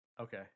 Okay